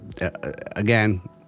again